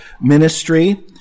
ministry